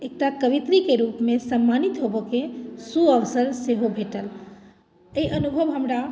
एकटा कवयित्रीके रूपमे सम्मानित होबय के सुअवसर सेहो भेटल ई अनुभव हमरा